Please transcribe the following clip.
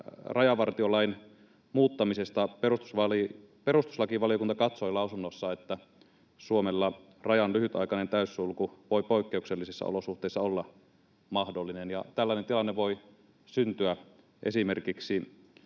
rajavartiolain muuttamisesta perustuslakivaliokunta katsoi lausunnossaan, että Suomella rajan lyhytaikainen täyssulku voi poikkeuksellisissa olosuhteissa olla mahdollinen, ja tällainen tilanne voi syntyä esimerkiksi